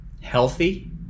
healthy